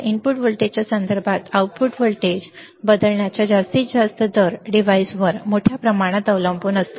input व्होल्टेजच्या संदर्भात output voltage बदलण्याचा जास्तीत जास्त दर डिव्हाइसवर मोठ्या प्रमाणात अवलंबून असतो